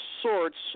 sorts